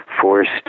forced